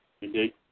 Indeed